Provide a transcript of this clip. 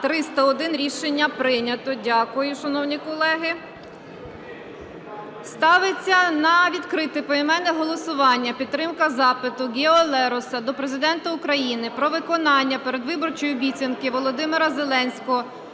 За-301 Рішення прийнято. Дякую, шановні колеги. Ставиться на відкрите поіменне голосування підтримка запиту Гео Лероса до Президента України про виконання передвиборчої обіцянки Володимира Зеленського